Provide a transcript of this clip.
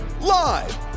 live